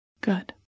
Good